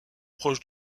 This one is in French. proche